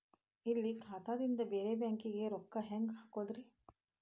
ಇಲ್ಲಿ ಖಾತಾದಿಂದ ಬೇರೆ ಬ್ಯಾಂಕಿಗೆ ರೊಕ್ಕ ಹೆಂಗ್ ಹಾಕೋದ್ರಿ?